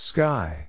Sky